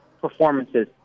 performances